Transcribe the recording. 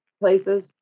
places